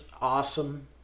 awesome